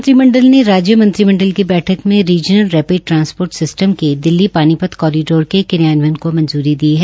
मंत्रिमंडल ने राज्य मंत्रिमंडल की बैठक में रीज़नल रेपिड ट्रांसपोर्ट सिस्टम के दिल्ली पानीपत कोरिडोर के क्रियान्व्यन को मंजूरी दी है